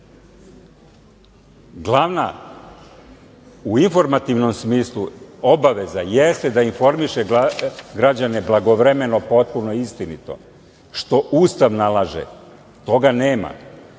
u informativnom smislu, obaveza jeste da informiše građane blagovremeno, potpuno i istinito, što Ustav nalaže. Toga nema.